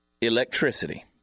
Electricity